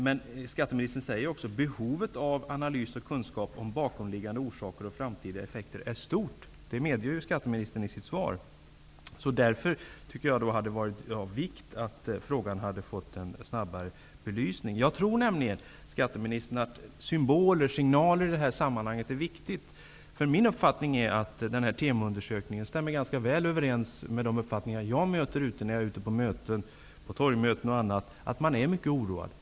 Skatteministern säger också att behovet av analys och kunskap om bakomliggande orsaker och framtida effekter är stort. Skatteministern medger det i sitt svar. Jag tycker därför att det hade varit av vikt att frågan snabbare hade fått en belysning. Jag tror nämligen att symboler, signaler är viktiga i detta sammanhang. Min uppfattning är att Temoundersökningen ganska väl stämmer överens med de uppfattningar jag träffar på ute på torgmöten osv. Människor är mycket oroade.